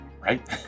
right